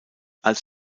als